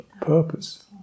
purpose